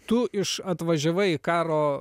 tu iš atvažiavai į karo